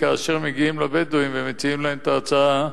כאשר מגיעים לבדואים ומציעים להם את ההצעה,